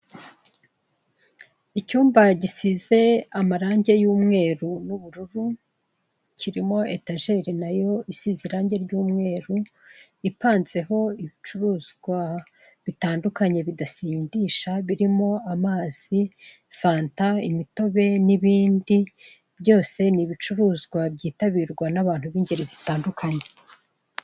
Icyumba gisize amarange y'umweru n'ubururu, kirimo etajeri na yo isize irange ry'umweru, ipanzeho ibicuruzwa bitandukanye, bidasindisha, birimo amazi, fanta, imitobe, n'ibindi, byose ni ibicuruzwa byitabirwa n'abantu b'ingeri zitandukanye.